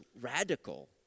radical